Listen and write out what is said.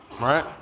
right